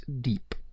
deep